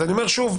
אז אני אומר שוב.